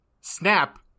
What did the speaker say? Snap